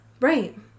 Right